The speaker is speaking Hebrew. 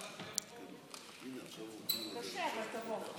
תודה, גברתי